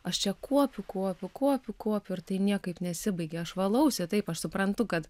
aš čia kuopiu kuopiu kuopiu kuopiu ir tai niekaip nesibaigia aš valausi taip aš suprantu kad